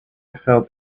felt